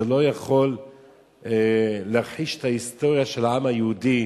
לא יכול להכחיש את ההיסטוריה של העם היהודי,